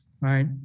right